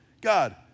God